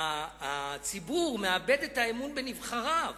הציבור מאבד את האמון בנבחריו,